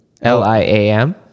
L-I-A-M